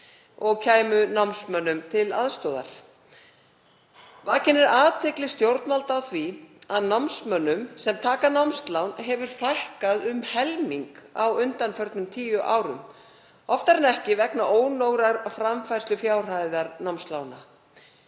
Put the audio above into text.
og kæmu námsmönnum til aðstoðar. Vakin er athygli stjórnvalda á því að námsmönnum sem taka námslán hefur fækkað um helming á undanförnum tíu árum, oftar en ekki vegna ónógrar framfærslufjárhæðar námslána.